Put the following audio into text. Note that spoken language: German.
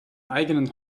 eigenen